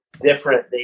different